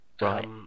right